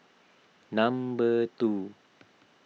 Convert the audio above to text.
number two